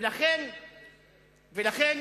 ולכן,